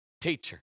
teacher